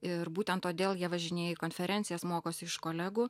ir būtent todėl jie važinėja į konferencijas mokosi iš kolegų